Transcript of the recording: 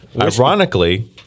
Ironically